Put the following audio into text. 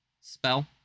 spell